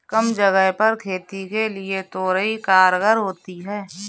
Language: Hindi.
कम जगह पर खेती के लिए तोरई कारगर होती है